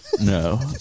No